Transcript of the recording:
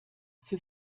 für